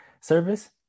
service